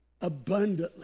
abundantly